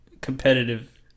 competitive